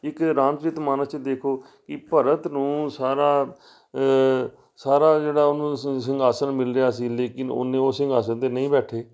ਇੱਕ ਰਾਮਚਰਿਤ ਮਾਨਸ 'ਚ ਦੇਖੋ ਕਿ ਭਰਤ ਨੂੰ ਸਾਰਾ ਸਾਰਾ ਜਿਹੜਾ ਉਹਨੂੰ ਸਿੰ ਸਿੰਘਾਸਨ ਮਿਲ ਰਿਹਾ ਸੀ ਲੇਕਿਨ ਉਹਨੇ ਉਹ ਸਿੰਘਾਸਨ 'ਤੇ ਨਹੀਂ ਬੈਠੇ